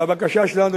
בבקשה שלנו,